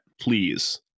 please